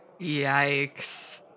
Yikes